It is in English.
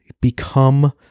become